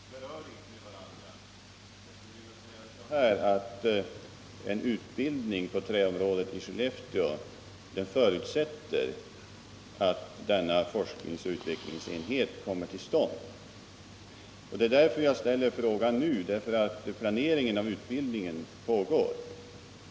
Herr talman! Det är riktigt, som industriministern säger, att vi talar om två saker. Men de har ett intimt samband med varandra. En utbildning på träområdet i Skellefteå förutsätter att en träteknisk forskningsoch utvecklingsenhet kommer till stånd. Det är därför jag ställer frågan nu — planeringen av utbildningen pågår.